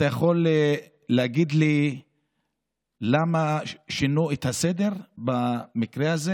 אתה יכול להגיד לי למה שינו את הסדר במקרה הזה